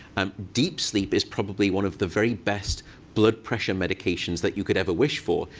um deep sleep is probably one of the very best blood pressure medications that you could ever wish for.